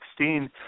2016